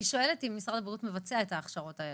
היא שואלת אם משרד הבריאות מבצע את ההכשרות האלה.